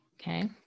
Okay